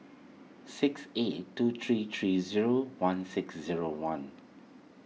six eight two three three zero one six zero one